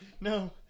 No